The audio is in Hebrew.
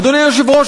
אדוני היושב-ראש,